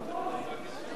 חבר הכנסת אפללו.